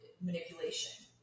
manipulation